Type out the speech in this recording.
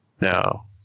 No